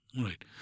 Right